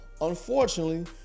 Unfortunately